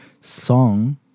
song